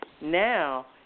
now